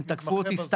הם תקפו אותי סתם.